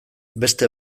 beste